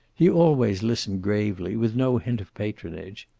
he always listened gravely, with no hint of patronage.